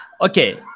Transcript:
Okay